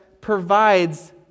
provides